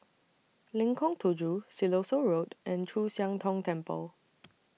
Lengkong Tujuh Siloso Road and Chu Siang Tong Temple